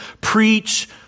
preach